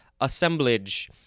assemblage